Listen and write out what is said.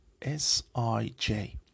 SIJ